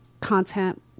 content